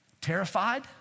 terrified